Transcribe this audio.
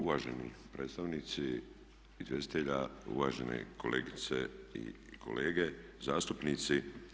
Uvaženi predstavnici izvjestitelja, uvažene kolegice i kolege zastupnici.